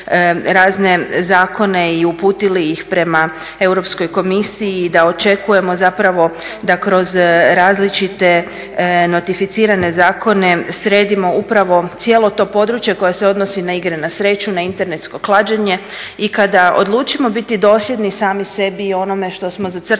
razne zakone i uputili ih prema Europskoj komisiji i da očekujemo zapravo da kroz različite notificirane zakone sredimo upravo cijelo to područje koje se odnosi na igre na sreću, na internetsko klađenje i kada odlučimo biti dosljedni sami sebi i onome što smo zacrtali